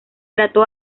trató